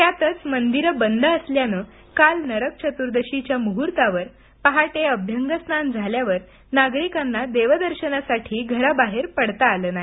त्यातच मंदिरं बंदच असल्यानं काल नरकचतुर्दशीच्या मुहूर्तावर पहाटे अभ्यंगस्नान झाल्यावर नागरिकांना देवदर्शनासाठी घराबाहेर पडता आलं नाही